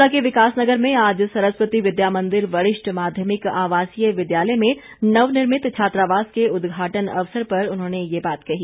शिमला के विकास नगर में आज सरस्वती विद्या मंदिर वरिष्ठ माध्यमिक आवासीय विद्यालय में नवनिर्मित छात्रावास के उदघाटन अवसर पर उन्होंने ये बात कही